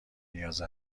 نیاز